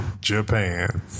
Japan